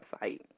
website